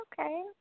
okay